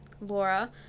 Laura